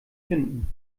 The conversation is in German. finden